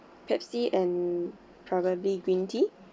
pepsi and probably green tea